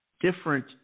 different